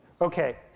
Okay